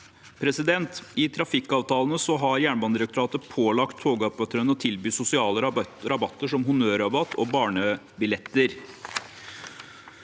I trafikkavtalene har Jernbanedirektoratet pålagt togoperatørene å tilby sosiale rabatter, som honnørrabatt og barnebilletter.